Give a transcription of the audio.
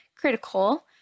critical